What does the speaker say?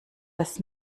das